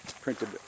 printed